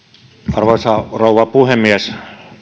arvoisa rouva puhemies